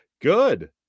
Good